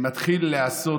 מתחיל להיעשות